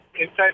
inside